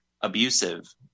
abusive